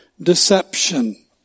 Deception